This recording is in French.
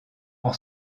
pour